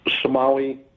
Somali